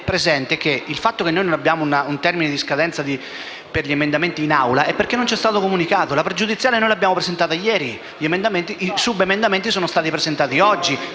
il fatto che se noi non abbiamo un termine di scadenza per la presentazione degli emendamenti in Assemblea è perché non ci è stato comunicato. La pregiudiziale l'abbiamo presentata ieri, ma i subemendamenti sono stati presentati oggi.